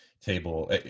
table